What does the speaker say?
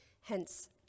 hence